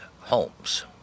homes